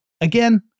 Again